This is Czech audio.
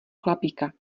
chlapíka